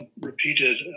repeated